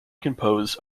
composed